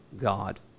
God